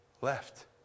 left